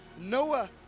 noah